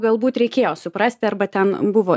galbūt reikėjo suprasti arba ten buvo